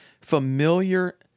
Familiar